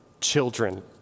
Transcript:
children